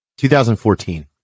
2014